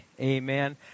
Amen